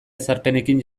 ezarpenekin